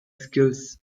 skills